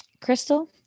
Crystal